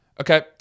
Okay